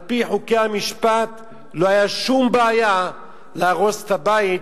על-פי חוקי המשפט לא היתה שום בעיה להרוס את הבית,